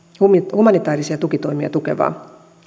humanitäärisiä tukitoimia tukevaa